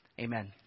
Amen